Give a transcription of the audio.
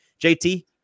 JT